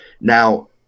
Now